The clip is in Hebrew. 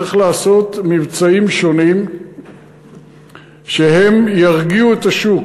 צריך לעשות מבצעים שונים שירגיעו את השוק,